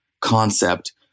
concept